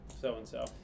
so-and-so